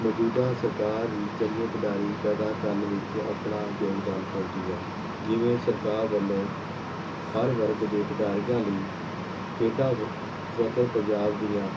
ਮੌਜੂਦਾ ਸਰਕਾਰ ਹੀ ਚੰਗੇ ਖਿਡਾਰੀ ਪੈਦਾ ਕਰਨ ਵਿੱਚ ਆਪਣਾ ਯੋਗਦਾਨ ਪਾਉਂਦੀ ਹੈ ਜਿਵੇਂ ਸਰਕਾਰ ਵੱਲੋਂ ਹਰ ਵਰਗ ਦੇ ਖਿਡਾਰੀਆਂ ਲਈ ਖੇਡਾਂ ਵਤਨ ਪੰਜਾਬ ਦੀਆਂ